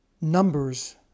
numbers